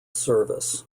service